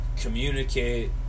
communicate